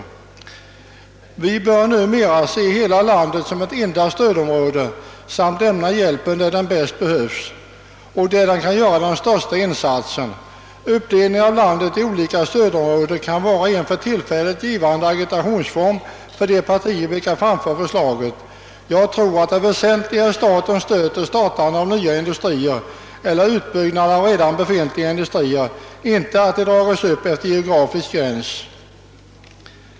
Numera bör vi se hela landet som ett enda stödområde och lämna hjälp där den bäst behövs och där man kan göra den största insatsen. Uppdelning av landet i olika stödområden kan vara en för tillfället givande agitationsform för de partier som framför förslaget. Det väsentliga är emellertid att staten lämnar stöd vid startande av nya industrier eller för utbyggnad av redan befintliga industrier, inte att det drages upp en geografisk gräns.